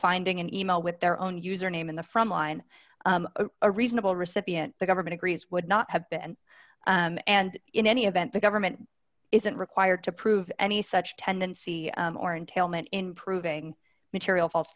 finding an email with their own user name in the from line a reasonable recipient the government agrees would not have been and in any event the government isn't required to prove any such tendency or entailment in proving material fal